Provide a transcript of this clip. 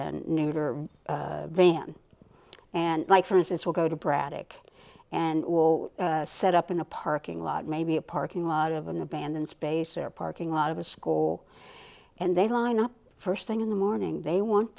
a neuter van and like for instance will go to braddock and will set up in a parking lot maybe a parking lot of an abandoned space or a parking lot of a school and they line up first thing in the morning they want